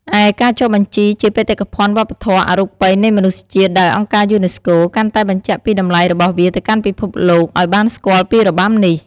ឯ ការចុះបញ្ជីជាបេតិកភណ្ឌវប្បធម៌អរូបីនៃមនុស្សជាតិដោយអង្គការយូណេស្កូ កាន់តែបញ្ជាក់ពីតម្លៃរបស់វាទៅកាន់ពិភពលោក ឲ្យបានស្គាល់ពីរបាំនេះ។